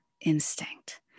instinct